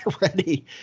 ready